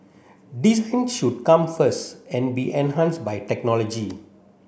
design should come first and be enhance by technology